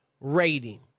rating